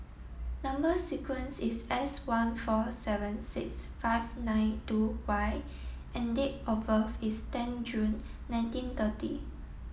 number sequence is S one four seven six five nine two Y and date of birth is ten June nineteen thirty